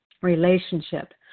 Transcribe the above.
relationship